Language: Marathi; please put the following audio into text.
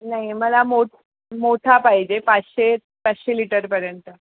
नाही मला मोठ मोठा पाहिजे पाचशे पाचशे लिटरपर्यंत